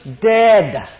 dead